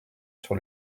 sur